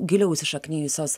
giliau įsišaknijusios